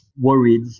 worried